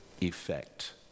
effect